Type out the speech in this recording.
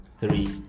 three